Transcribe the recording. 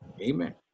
Amen